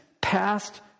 past